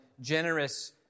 generous